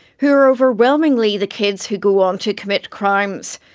who are overwhelmingly the kids who go on to commit crimes.